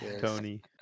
Tony